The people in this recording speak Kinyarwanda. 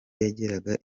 yageraga